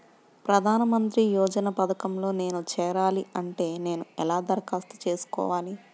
ప్రధాన మంత్రి యోజన పథకంలో నేను చేరాలి అంటే నేను ఎలా దరఖాస్తు చేసుకోవాలి?